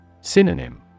Synonym